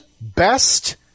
best